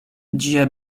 ĝia